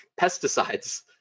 pesticides